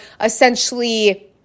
essentially